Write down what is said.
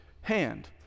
hand